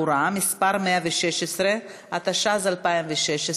התשע"ז 2016,